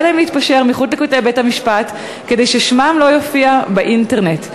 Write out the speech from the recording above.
להם להתפשר מחוץ לכותלי בית-המשפט כדי ששמם לא יופיע באינטרנט.